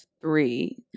three